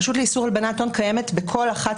הרשות לאיסור הלבנת הון קיימת בכל אחת